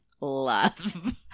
love